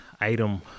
item